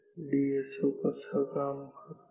D S O कसा काम करतो